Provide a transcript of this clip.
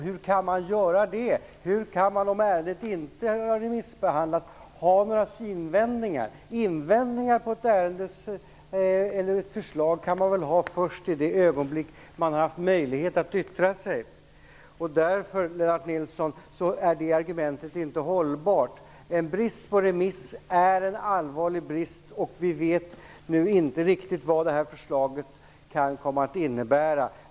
Hur kan man ha några invändningar om ärendet inte har remissbehandlats? Invändningar mot ett förslag kan man väl ha först när man har fått möjlighet att yttra sig? Därför är det argumentet inte hållbart, Lennart Nilsson! En brist på remiss är en allvarlig brist, och vi vet nu inte riktigt vad detta förslag kan komma att innebära.